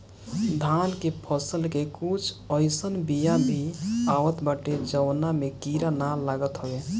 धान के फसल के कुछ अइसन बिया भी आवत बाटे जवना में कीड़ा ना लागत हवे